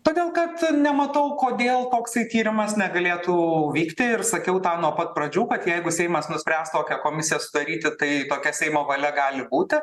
todėl kad nematau kodėl toksai tyrimas negalėtų vykti ir sakiau tą nuo pat pradžių kad jeigu seimas nuspręs tokią komisiją sudaryti tai tokia seimo valia gali būti